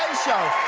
show!